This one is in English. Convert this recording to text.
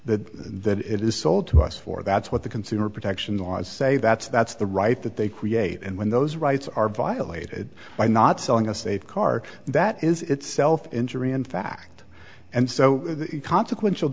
that that it is sold to us for that's what the consumer protection laws say that's that's the right that they create and when those rights are violated by not selling us a car that is itself injury in fact and so consequential